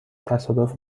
تصادف